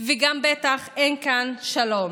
וגם בטח אין כאן שלום.